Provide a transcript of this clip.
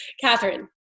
Catherine